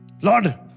lord